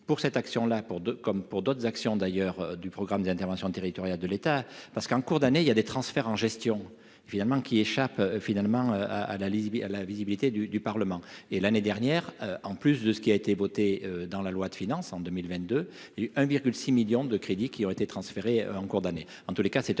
pour cette action là pour deux comme pour d'autres actions d'ailleurs du programme d'intervention territoriale de l'État, parce qu'en cours d'année, il y a des transferts en gestion et finalement qui échappe finalement à à la Libye à la visibilité du du parlement et, l'année dernière, en plus de ce qui a été votée dans la loi de finances en 2000 22 et 1 virgule 6 millions de crédits qui auraient été transférés en cours d'année,